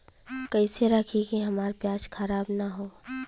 कइसे रखी कि हमार प्याज खराब न हो?